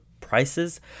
prices